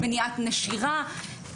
מניעת נשירה,